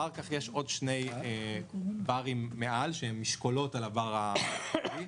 אחר כך יש עוד שני צבעים מעל שהם משקולות על הכחול הכהה,